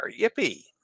Yippee